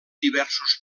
diversos